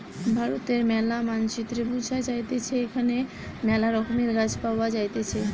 ভারতের ম্যালা মানচিত্রে বুঝা যাইতেছে এখানে মেলা রকমের গাছ পাওয়া যাইতেছে